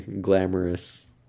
glamorous